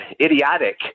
idiotic